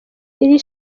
iri